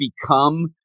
become